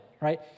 right